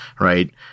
right